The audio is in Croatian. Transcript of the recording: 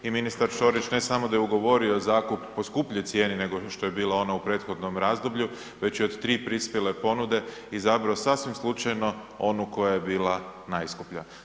I ministar Ćorić ne samo da je ugovorio zakup po skupljoj cijeni nego što je bila ona u prethodnom razdoblju već je od 3 prispjele ponude izabrao sasvim slučajno onu koja je bila najskuplja.